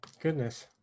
Goodness